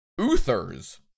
Uthers